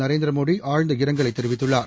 நரேந்திரமோடி ஆழ்ந்த இரங்கலைதெரிவித்துள்ளார்